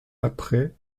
apprêt